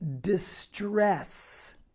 distress